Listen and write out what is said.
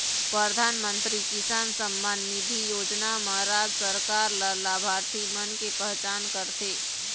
परधानमंतरी किसान सम्मान निधि योजना म राज सरकार ल लाभार्थी मन के पहचान करथे